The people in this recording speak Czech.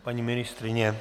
Paní ministryně?